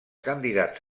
candidats